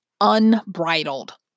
unbridled